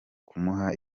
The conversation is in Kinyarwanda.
kumuha